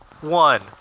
One